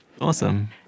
Awesome